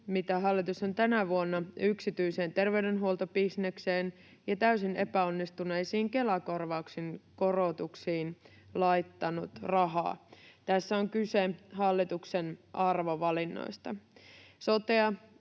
mitä hallitus on tänä vuonna yksityiseen terveydenhuoltobisnekseen ja täysin epäonnistuneisiin Kela-korvauksen korotuksiin laittanut rahaa. Tässä on kyse hallituksen arvovalinnoista. Sotea